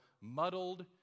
muddled